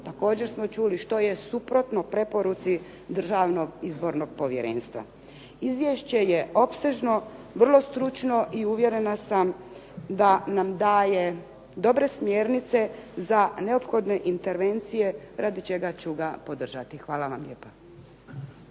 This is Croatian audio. također smo čuli, što je suprotno preporuci Državnog izbornog povjerenstva. Izvješće je opsežno, vrlo stručno i uvjerena sam da nam daje dobre smjernice za neophodne intervencije radi čega ću ga podržati. Hvala vam lijepa.